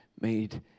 made